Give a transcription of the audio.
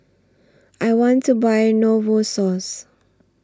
I want to Buy Novosource